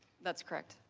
that is correct.